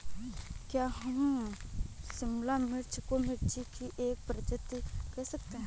क्या हम शिमला मिर्च को मिर्ची की एक प्रजाति कह सकते हैं?